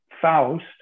faust